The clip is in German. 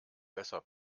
besser